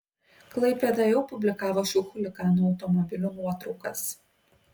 klaipėda jau publikavo šių chuliganų automobilių nuotraukas